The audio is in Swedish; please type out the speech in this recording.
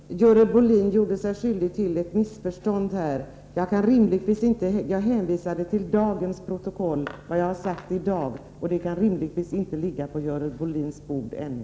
Herr talman! Görel Bohlin gjorde sig skyldig till ett missförstånd här. Jag hänvisade till dagens protokoll — alltså till vad jag har sagt i dag — och det kan inte rimligtvis ligga på Görel Bohlins bord ännu.